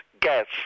gas